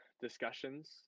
discussions